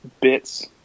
bits